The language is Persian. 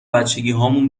بچگیهامون